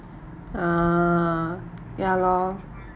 ah ya lor